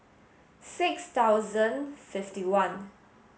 six thousand fifty one